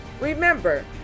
remember